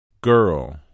Girl